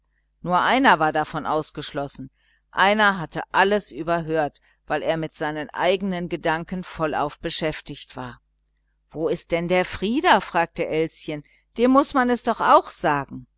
nur einer war davon ausgeschlossen einer hatte alles überhört weil er mit seinen eigenen gedanken vollauf beschäftigt war wo ist denn der frieder fragte elschen dem muß man es doch auch sagen